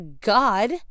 God